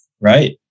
Right